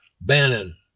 Bannon